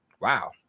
Wow